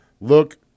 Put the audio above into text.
look